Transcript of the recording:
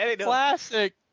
Classic